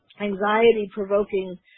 anxiety-provoking